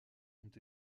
ont